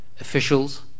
officials